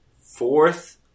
Fourth